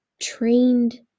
trained